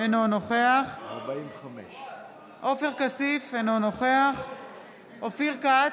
נוכח עופר כסיף, אינו נוכח אופיר כץ,